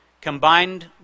combined